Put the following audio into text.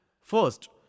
First